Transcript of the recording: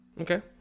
Okay